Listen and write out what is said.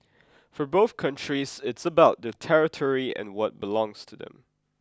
for both countries it's about their territory and what belongs to them